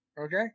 okay